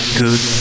good